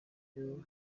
yooo